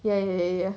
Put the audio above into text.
ya ya ya